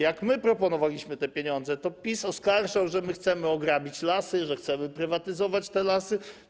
Jak my proponowaliśmy te pieniądze, to PiS oskarżał, że chcemy ograbić lasy, że chcemy prywatyzować te lasy.